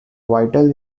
vital